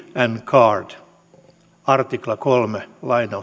guard artikla kolme